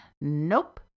Nope